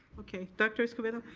okay, dr. escobedo,